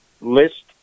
list